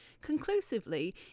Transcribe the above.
conclusively